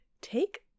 Take